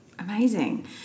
Amazing